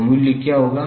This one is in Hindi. तो मूल्य क्या होगा